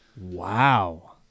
Wow